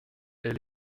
elle